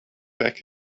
back